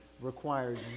requires